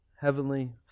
heavenly